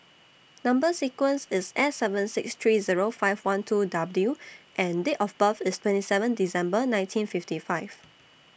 Number sequence IS S seven six three Zero five one two W and Date of birth IS twenty seven December nineteen fifty five